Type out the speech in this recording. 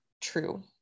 true